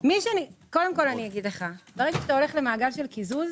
קודם כל, ברגע שאתה הולך למעגל של קיזוז,